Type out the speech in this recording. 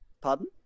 pardon